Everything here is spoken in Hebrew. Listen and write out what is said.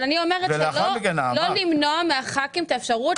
אני אומרת: לא למנוע מחברי הכנסת אפשרות